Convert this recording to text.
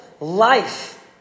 life